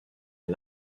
est